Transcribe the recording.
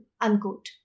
Unquote